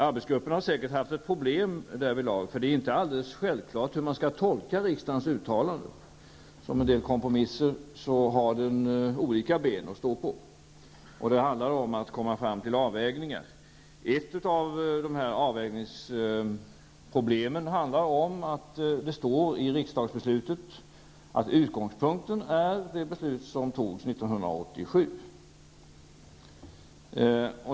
Arbetsgruppen har säkert haft problem därvidlag, för det är inte alldeles självklart hur man skall tolka riksdagens uttalande. Som en del kompromisser har det flera ben att stå på, och det handlar om att komma fram till avvägningar. Ett av avvägningsproblemen har att göra med att det står i riksdagsbeslutet att utgångspunkten är det beslut som togs 1987.